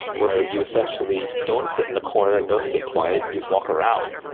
where you essentially don't sit in a corner and don't stay quiet. you walk around.